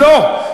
לא,